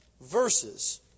verses